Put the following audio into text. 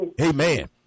amen